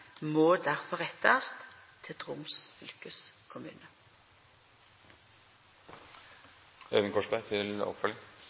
må derfor rettast til Troms